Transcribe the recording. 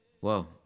Whoa